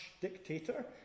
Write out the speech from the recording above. dictator